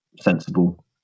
sensible